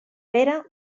pera